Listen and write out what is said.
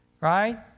right